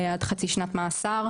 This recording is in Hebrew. עד חצי שנת מאסר,